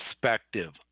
perspective